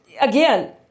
Again